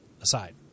aside